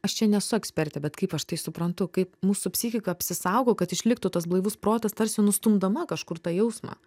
aš čia nesu ekspertė bet kaip aš tai suprantu kaip mūsų psichika apsisaugo kad išliktų tas blaivus protas tarsi nustumdama kažkur tą jausmą